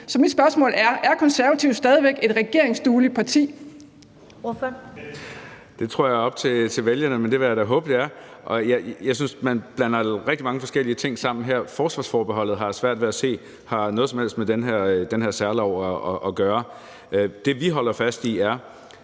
(Karen Ellemann): Ordføreren. Kl. 15:08 Marcus Knuth (KF): Det tror jeg er op til vælgerne at afgøre, men det vil jeg da håbe det er. Jeg synes, man blander rigtig mange forskellige ting sammen her. Forsvarsforbeholdet har jeg svært ved at se har noget som helst med den her særlov at gøre. Det, vi holder fast i, er,